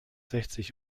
sechzig